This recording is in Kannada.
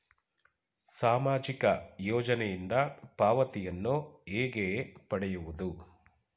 ಸಾಮಾಜಿಕ ಯೋಜನೆಯಿಂದ ಪಾವತಿಯನ್ನು ಹೇಗೆ ಪಡೆಯುವುದು?